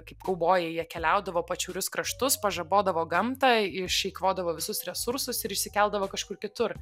kaip kaubojai jie keliaudavo po atšiaurius kraštus pažabodavo gamtą išeikvodavo visus resursus ir išsikeldavo kažkur kitur